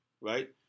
right